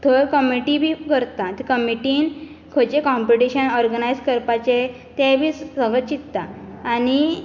थंय कमिटी बी करता ते कमिटीन खंयचें कॉम्पिटिशन ऑर्गनायज करपाचें तेंय बी सगळें चिंत्ता आनी